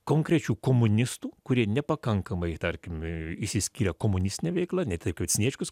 konkrečių komunistų kurie nepakankamai tarkim išsiskyrė komunistine veikla ne taip kad sniečkus